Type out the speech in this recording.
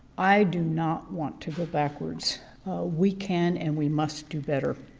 i do not want to go backwards we can and we must do better.